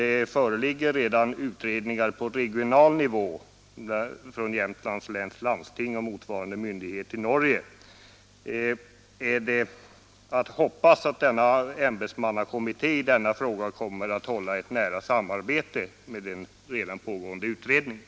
Det föreligger redan utredningar på regional nivå som gjorts av Jämtlands läns landsting och motsvarande myndighet i Norge. Är det att hoppas att ämbetsmannakommittén kommer att i denna fråga hålla ett nära samarbete med den redan pågående utredningen?